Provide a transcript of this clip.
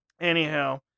Anyhow